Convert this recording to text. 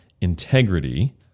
integrity